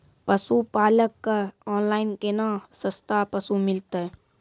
पशुपालक कऽ ऑनलाइन केना सस्ता पसु मिलतै?